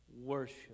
worship